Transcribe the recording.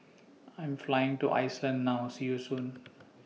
I Am Flying to Iceland now See YOU Soon